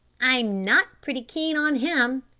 i'm not pretty keen on him,